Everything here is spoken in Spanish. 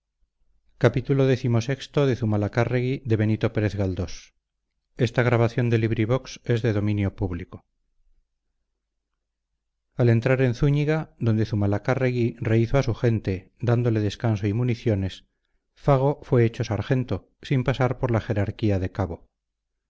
al entrar en zúñiga donde zumalacárregui rehízo a su gente dándole descanso y municiones fago fue hecho sargento sin pasar por la jerarquía de cabo